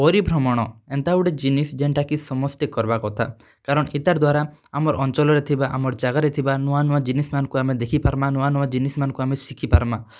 ପରିଭ୍ରମଣ ଏନ୍ତା ଗୁଟେ ଜିନିଷ୍ ଯେନ୍ଟାକି ସମସ୍ତେ କର୍ବାର୍ କଥା କାରଣ ଇତାର୍ ଦ୍ୱାରା ଆମର୍ ଅଞ୍ଚଲ୍ରେ ଥିବା ଆମର୍ ଜାଗାରେ ଥିବା ନୂଆ ନୂଆ ଜିନିଷ୍ମାନ୍ଙ୍କୁ ଆମେ ଦେଖିପାର୍ମା ନୂଆ ନୂଆ ଜିନିଷ୍ମାନଙ୍କୁ ଆମେ ଶିଖିପାର୍ମା